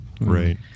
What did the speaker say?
Right